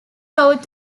sought